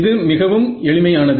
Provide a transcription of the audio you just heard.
இது மிகவும் எளிமையானது